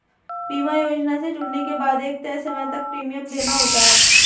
बीमा योजना से जुड़ने के बाद एक तय समय तक प्रीमियम देना होता है